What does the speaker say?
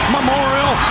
Memorial